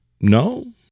No